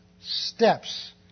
steps